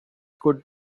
could